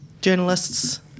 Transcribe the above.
journalists